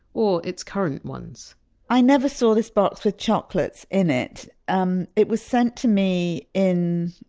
or its current ones i never saw this box with chocolates in it. um it was sent to me in,